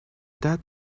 that